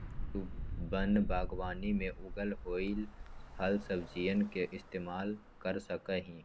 तु वन बागवानी में उगल होईल फलसब्जियन के इस्तेमाल कर सका हीं